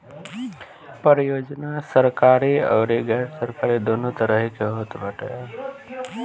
परियोजना सरकारी अउरी गैर सरकारी दूनो तरही के होत बाटे